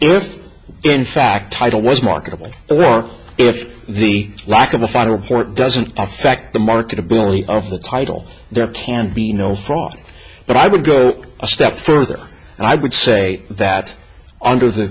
if in fact title was marketable if the lack of a federal court doesn't affect the marketability of the title there can be no fraud but i would go a step further and i would say that under the